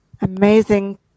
amazing